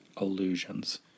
illusions